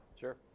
Sure